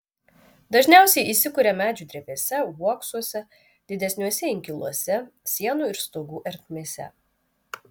dažniausiai įsikuria medžių drevėse uoksuose didesniuose inkiluose sienų ir stogų ertmėse